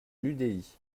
l’udi